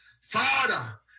Father